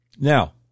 Now